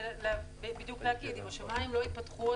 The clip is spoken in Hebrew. בדיוק אם השמיים לא ייפתחו,